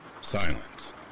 silence